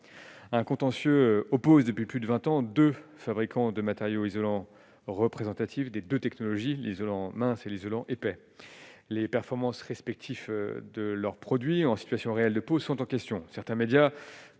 un contentieux oppose depuis plus de 20 ans, 2 fabricants de matériaux isolants représentative des 2 technologies l'isolant mince et les Wallons épais les performances respectifs de leurs produits en situation réelle de sont en question certains médias